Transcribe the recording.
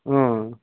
ఆ